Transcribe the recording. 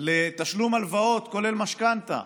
לתשלום הלוואות כולל משכנתה,